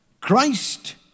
Christ